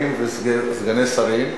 שרים וסגני שרים,